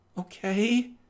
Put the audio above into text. Okay